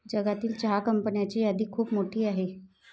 जगातील चहा कंपन्यांची यादी खूप मोठी आहे